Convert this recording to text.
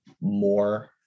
more